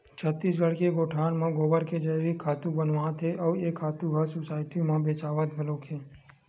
छत्तीसगढ़ के गोठान म गोबर के जइविक खातू बनावत हे अउ ए खातू ह सुसायटी म बेचावत घलोक हे